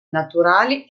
naturali